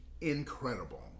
Incredible